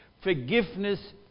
forgiveness